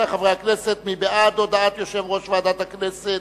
מי בעד הודעת יושב-ראש ועדת הכנסת?